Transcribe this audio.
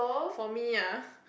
for me ah